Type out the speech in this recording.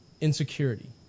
insecurity